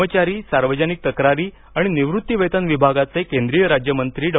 कर्मचारी सावर्जनिक तक्रारी आणि निवृत्तिवेतन विभागाचे केंद्रीय राज्यमंत्री डॉ